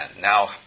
Now